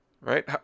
right